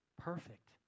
Perfect